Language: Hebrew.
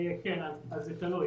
זה תלוי.